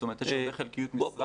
זאת אומרת יש הרבה חלקיות משרה.